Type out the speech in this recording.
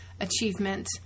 achievement